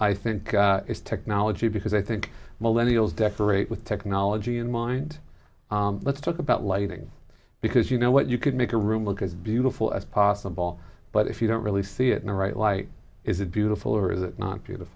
i think is technology because i think millennial decorate with technology in mind let's talk about lighting because you know what you could make a room look as beautiful as possible but if you don't really see it in the right light is it beautiful or is it not to the